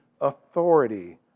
authority